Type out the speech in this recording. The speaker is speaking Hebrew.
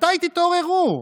מתי תתעוררו?